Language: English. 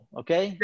okay